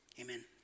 amen